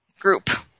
group